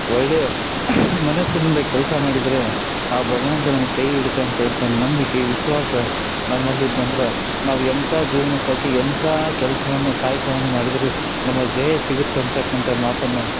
ಒಳ್ಳೆ ಮನಸ್ಸಿನಿಂದ ಕೆಲಸ ಮಾಡಿದರೆ ಆ ಭಗವಂತ ನಮ್ಮ ಕೈ ಹಿಡಿತ ಅಂತಕ್ಕಂಥ ನಂಬಿಕೆ ವಿಶ್ವಾಸ ನಮ್ಮಲ್ಲಿ ಇದ್ನಂದ್ರೆ ನಾವು ಎಂಥ ಜೀವನೋಪಾಯಕ್ಕೆ ಎಂಥ ಕೆಲಸವನ್ನು ಕಾಯಕವನ್ನು ಮಾಡಿದರು ನಮಗೆ ಜಯ ಸಿಗುತ್ತೆ ಅಂತಕ್ಕಂಥ ಮಾತನ್ನು